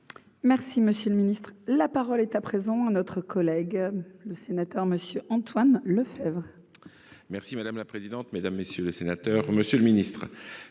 Merci, monsieur le Ministre, la parole est à présent à notre collègue le sénateur Monsieur Antoine Lefèvre. Merci madame la présidente, mesdames, messieurs les sénateurs, Monsieur le Ministre,